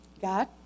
God